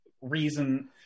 reason